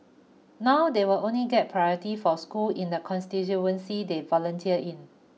now they will only get priority for schools in the constituency they volunteer in